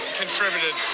contributed